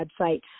website